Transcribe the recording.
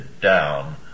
down